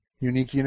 Unique